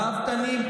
ראוותניים,